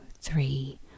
three